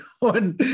on